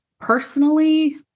personally